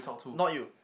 not you